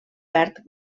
verd